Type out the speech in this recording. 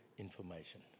information